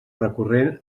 recurrent